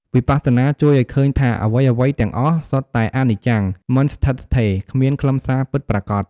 វិបស្សនាជួយឱ្យឃើញថា អ្វីៗទាំងអស់សុទ្ធតែអនិច្ចំ មិនស្ថិតស្ថេរ គ្មានខ្លឹមសារពិតប្រាកដ។